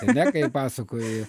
ar ne kai pasakoji